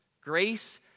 grace